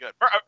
good